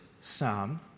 psalm